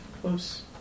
close